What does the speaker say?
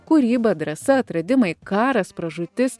kūryba drąsa atradimai karas pražūtis